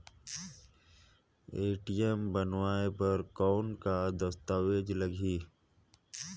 ATM बनवाय बर कौन का दस्तावेज लगही?